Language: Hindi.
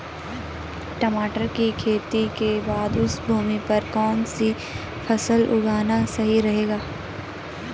टमाटर की खेती के बाद उस भूमि पर कौन सी फसल उगाना सही रहेगा?